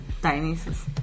Dionysus